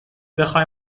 بخوای